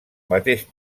mateix